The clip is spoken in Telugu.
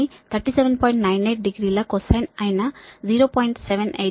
98 డిగ్రీల కొసైన్ అయిన 0